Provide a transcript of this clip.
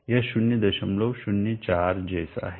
यह 004 जैसा है